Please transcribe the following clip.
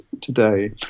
today